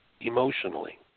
emotionally